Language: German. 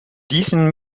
diesen